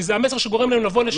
כי זה המסר שגורם להם לבוא לשלם.